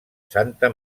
santa